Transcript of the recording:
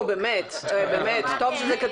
תדמור, באיזו דרך יודע